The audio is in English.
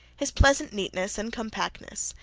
his pleasant neatness and compactness,